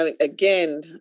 Again